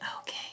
Okay